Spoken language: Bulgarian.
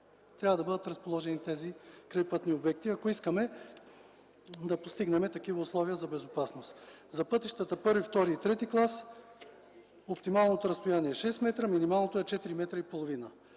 трябва да бъдат разположени тези крайпътни обекти, ако искаме да постигнем такива условия за безопасност. За пътищата първи, втори и трети клас оптималното разстояние е 6 м, минималното е 4,5 м.